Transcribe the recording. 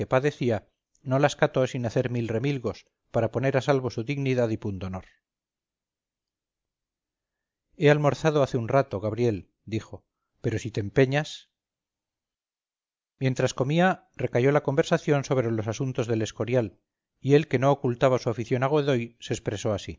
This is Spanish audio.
padecía no las cató sin hacer mil remilgos para poner a salvo su dignidad y pundonor he almorzado hace un rato gabriel dijo pero si te empeñas mientras comía recayó la conversación sobre los asuntos del escorial y él que no ocultaba su afición a godoy se expresó así